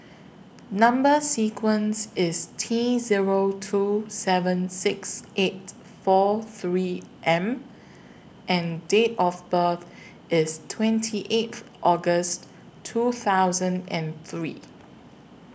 Number sequence IS T Zero two seven six eight four three M and Date of birth IS twenty eighth August two thousand and three